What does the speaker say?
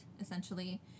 essentially